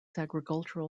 agricultural